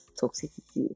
toxicity